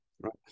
Right